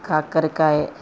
కాకరకాయే